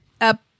up